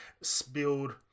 spilled